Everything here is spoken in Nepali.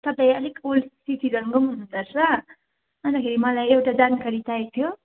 तपाईँ अलिक ओल्ड सिटिजनको पनि हुनुहुँदो रहेछ अन्तखेरि मलाई एउटा जानकारी चाहिएको थियो